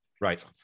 Right